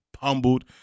pummeled